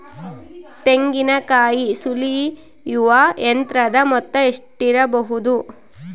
ತೆಂಗಿನಕಾಯಿ ಸುಲಿಯುವ ಯಂತ್ರದ ಮೊತ್ತ ಎಷ್ಟಿರಬಹುದು?